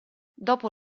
dopo